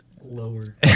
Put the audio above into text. Lower